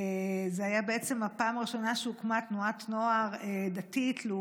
זו הייתה בעצם הפעם הראשונה שהוקמה תנועת נוער דתית-לאומית,